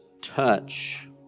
touch